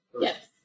Yes